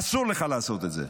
אסור לך לעשות את זה.